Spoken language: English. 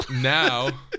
now